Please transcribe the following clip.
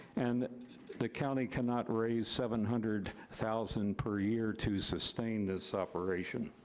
and the county cannot raise seven hundred thousand per year to sustain this operation.